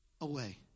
away